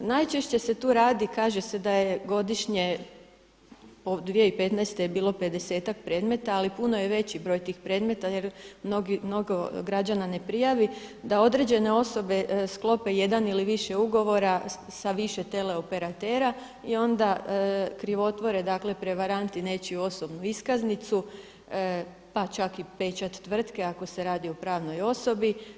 Najčešće se tu radi kaže se da je godišnje 2015. je bilo pedesetak predmeta, ali puno je veći broj tih predmeta jer mnogo građana ne prijavi da određene osobe sklope jedan ili više ugovora sa više tele operatera i onda krivotvore, dakle prevaranti nečiju osobnu iskaznicu, pa čak i pečat tvrtke ako se radi o pravnoj osobi.